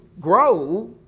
grow